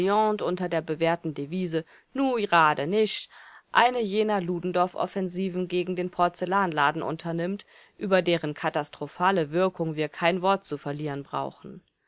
unter der bewährten devise nu jrade nich eine jener ludendorff-offensiven gegen den porzellanladen unternimmt über deren katastrophale wirkung wir kein wort zu verlieren brauchen